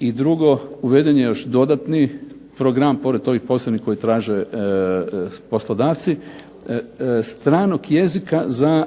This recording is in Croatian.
i drugo uveden je još dodatni program pored ovih posebnih koji traže poslodavci, stranog jezika za